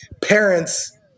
parents